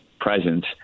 presence